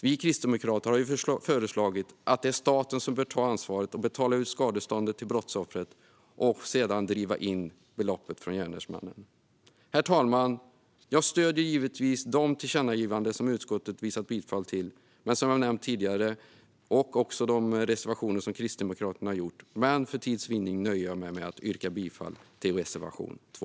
Vi kristdemokrater anser att staten bör ta ansvar och betala ut skadeståndet till brottsoffret och sedan driva in beloppet från gärningsmannen. Herr talman! Jag stöder givetvis de tillkännagivanden som utskottet har tillstyrkt, som jag har nämnt tidigare, och de reservationer som Kristdemokraterna har. Men för tids vinnande nöjer jag mig med att yrka bifall till reservation 2.